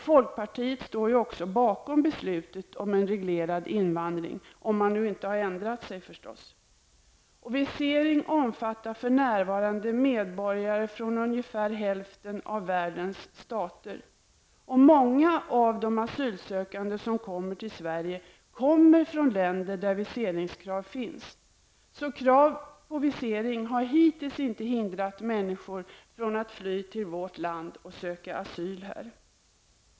Folkpartiet står också bakom beslutet om en reglerad invandring, om man nu inte ändrat sig förstås. Visering omfattar för närvarande medborgare från ungefär hälften av världens stater. Många av de asylsökande som kommer till Sverige, kommer från länder där viseringskrav finns. Så krav på visering har hittills inte hindrat människor från att fly till vårt land och söka asyl här.